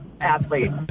athlete